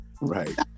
Right